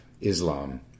Islam